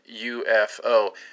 UFO